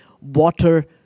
water